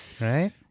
Right